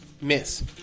Miss